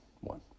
one